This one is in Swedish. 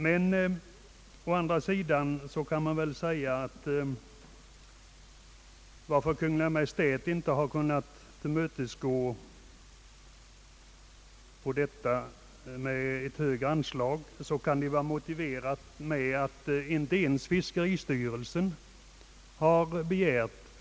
Men å andra sidan förstår vi att Kungl. Maj:t inte kunnat begära högre anslag när inte ens fiskeristyrelsen äskat några medel för detta behov.